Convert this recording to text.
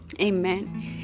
amen